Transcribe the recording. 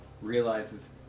realizes